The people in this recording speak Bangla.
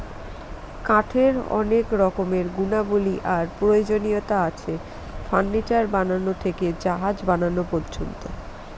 কাঠের অনেক রকমের গুণাবলী আর প্রয়োজনীয়তা আছে, ফার্নিচার বানানো থেকে জাহাজ বানানো পর্যন্ত